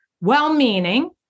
well-meaning